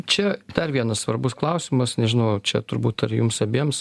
čia dar vienas svarbus klausimas nežinau čia turbūt ar jums abiems